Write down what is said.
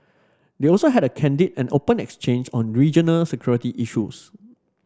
they also had a candid and open exchange on regional security issues